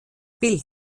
bild